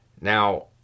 Now